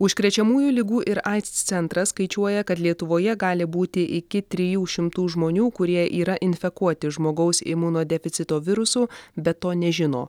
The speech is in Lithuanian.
užkrečiamųjų ligų ir aids centras skaičiuoja kad lietuvoje gali būti iki trijų šimtų žmonių kurie yra infekuoti žmogaus imunodeficito virusu be to nežino